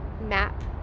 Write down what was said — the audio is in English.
map